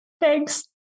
Thanks